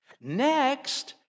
Next